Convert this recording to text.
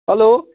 hello